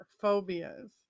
phobias